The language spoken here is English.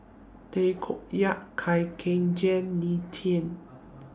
Tay Koh Yat Khoo Kay Hian Lee Tjin